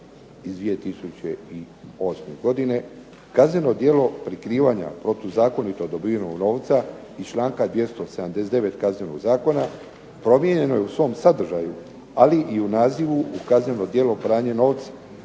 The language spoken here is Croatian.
iz 2008. godine kazneno djelo prikrivanja protuzakonito dobivenog novca iz članka 279. Kaznenog zakona promijenjeno je u svom sadržaju ali i u nazivu kazneno djelo pranja novca.